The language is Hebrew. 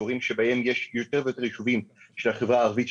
באזורים שבהם יש יותר ויותר יישובים של החברה הערבית,